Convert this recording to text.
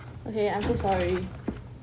okay I'm so sorry